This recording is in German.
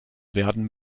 werden